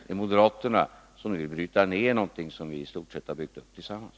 Det är moderaterna som nu vill bryta ned någonting som vi i stort sett har byggt upp tillsammans.